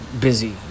busy